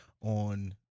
on